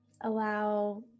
Allow